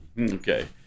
Okay